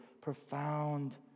profound